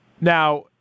Now